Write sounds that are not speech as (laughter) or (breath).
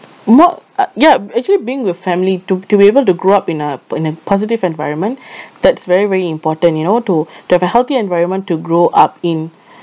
not uh ya actually being with family to to be able to grow up in a p~ in a positive environment (breath) that's very very important you know to (breath) to have a healthy environment to grow up in (breath)